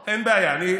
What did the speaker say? שמחה, יאללה.